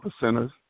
percenters